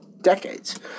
decades